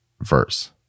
verse